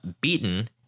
beaten